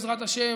בעזרת השם,